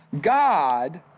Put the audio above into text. God